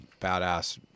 badass